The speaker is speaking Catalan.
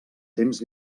temps